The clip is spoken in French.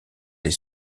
les